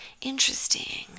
Interesting